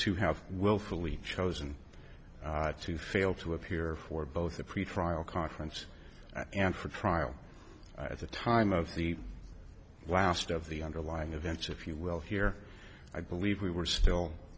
to have willfully chosen to fail to appear for both the pretrial conference and for trial at the time of the last of the underlying events if you will here i believe we were still